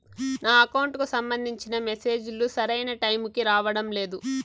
నా అకౌంట్ కు సంబంధించిన మెసేజ్ లు సరైన టైము కి రావడం లేదు